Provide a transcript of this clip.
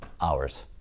hours